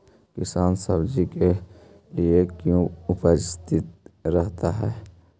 किसान सब्जी के लिए क्यों उपस्थित रहता है?